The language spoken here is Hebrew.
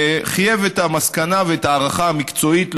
חייבה את המסקנה והערכה המקצועית,